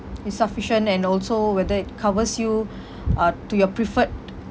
insufficient and also whether it covers you uh to your preferred